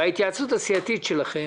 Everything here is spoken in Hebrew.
בהתייעצות הסיעתית שלכם